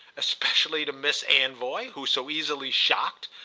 especially to miss anvoy, who's so easily shocked?